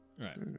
right